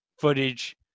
footage